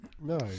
No